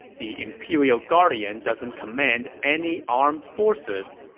the imperial guardian doesn't command any armed forces.